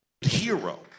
hero